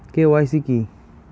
KYC কী?